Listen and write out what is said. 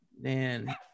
Man